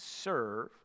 serve